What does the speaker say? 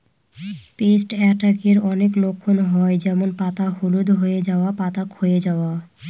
paste অ্যাটাকের অনেক লক্ষণ হয় যেমন পাতা হলুদ হয়ে যাওয়া, পাতা ক্ষয়ে যাওয়া